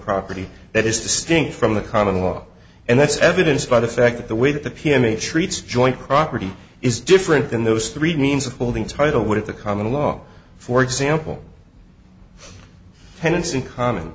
property that is distinct from the common law and that's evidenced by the fact that the way that the p m a treats joint property is different than those three means of holding title would of the common law for example tenants in common